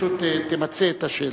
פשוט תמצה את השאלה.